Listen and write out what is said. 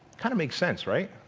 kind of make sense right